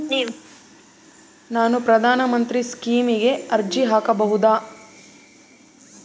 ನಾನು ಪ್ರಧಾನ ಮಂತ್ರಿ ಸ್ಕೇಮಿಗೆ ಅರ್ಜಿ ಹಾಕಬಹುದಾ?